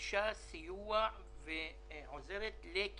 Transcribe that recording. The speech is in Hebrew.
שיש בהם